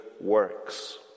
works